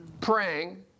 praying